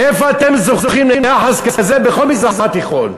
איפה אתם זוכים ליחס כזה בכל המזרח התיכון?